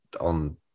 on